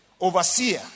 Overseer